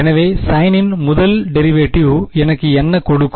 எனவே சைனின் முதல் டெரிவேட்டிவ் எனக்கு என்ன கொடுக்கும்